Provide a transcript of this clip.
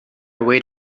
wait